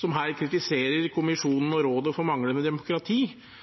som her kritiserer